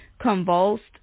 convulsed